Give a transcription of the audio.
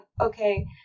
okay